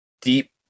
deep